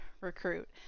recruit